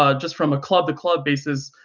ah just from a club-by-club basis,